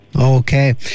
Okay